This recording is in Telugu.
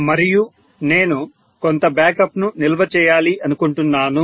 మరియు నేను కొంత బ్యాకప్ ను నిల్వ చేయాలి అనుకుంటున్నాను